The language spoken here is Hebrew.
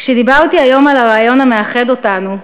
כשדיברתי היום על הרעיון המאחד אותנו,